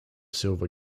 silver